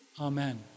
Amen